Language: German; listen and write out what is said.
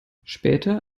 später